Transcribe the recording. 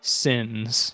sins